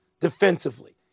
defensively